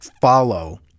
follow